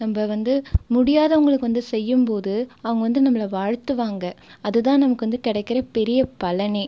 நம்ம வந்து முடியாதவர்களுக்கு வந்து செய்யும்போது அவங்க வந்து நம்மளை வாழ்த்துவாங்க அதுதான் நமக்கு வந்து கிடைக்குற பெரிய பலனே